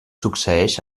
succeeix